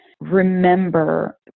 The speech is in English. remember